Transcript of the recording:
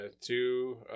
two